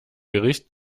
gericht